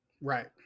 right